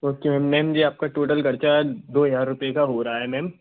okay ma'am ma'am ये आपका total खर्चा दो हज़ार रुपए का हो रहा है मैम